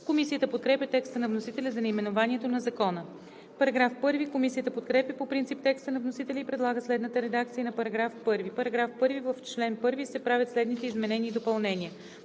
Комисията подкрепя текста на вносителя за наименованието на Закона. Комисията подкрепя по принцип текста на вносителя и предлага следната редакция на § 1: „§ 1. В чл. 1 се правят следните изменения и допълнения: